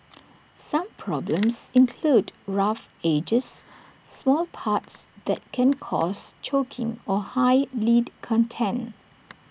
some problems include rough edges small parts that can cause choking or high lead content